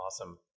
awesome